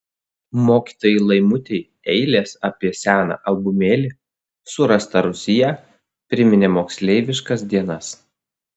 mokytojai laimutei eilės apie seną albumėlį surastą rūsyje priminė moksleiviškas dienas